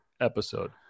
episode